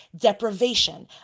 deprivation